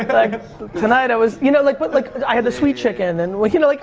like tonight i was. you know, like but like i had the sweet chicken and like you know, like